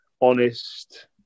honest